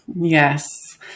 Yes